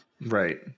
Right